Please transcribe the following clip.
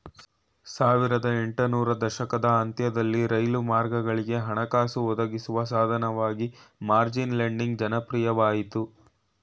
ಸಾವಿರದ ಎಂಟು ನೂರು ದಶಕದ ಅಂತ್ಯದಲ್ಲಿ ರೈಲು ಮಾರ್ಗಗಳಿಗೆ ಹಣಕಾಸು ಒದಗಿಸುವ ಸಾಧನವಾಗಿ ಮಾರ್ಜಿನ್ ಲೆಂಡಿಂಗ್ ಜನಪ್ರಿಯವಾಯಿತು